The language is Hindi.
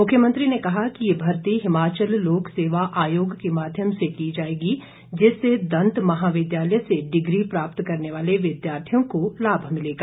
मुख्यमंत्री ने कहा ये भर्ती हिमाचल लोक सेवा आयोग के माध्यम से की जाएगी जिससे दंत महाविद्यालय से डिग्री प्राप्त करने वाले विद्यार्थियों को लाभ मिलेगा